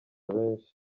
benshi